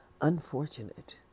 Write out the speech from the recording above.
Unfortunate